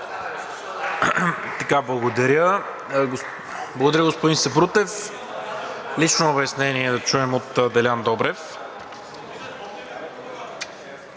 Благодаря, господин Сабрутев. Лично обяснение да чуем от Делян Добрев.